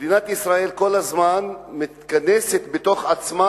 מדינת ישראל כל הזמן מתכנסת בתוך עצמה,